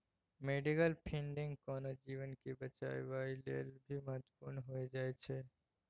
medical funding कोनो जीवन के बचाबइयो लेल भी महत्वपूर्ण हो जाइ छइ